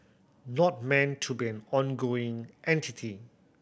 not meant to be an ongoing entity